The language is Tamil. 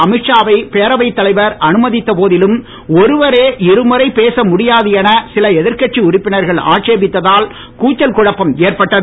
அமித் ஷாவை பேரவைத் தலைவர் அனுமதித்த போதிலும் ஒருவரே இருமுறை பேச முடியாது என சில எதிர் கட்சி உறுப்பினர்கள் ஆட்சேபித்ததால் கூச்சல் குழப்பம் ஏற்பட்டது